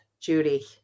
Judy